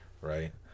right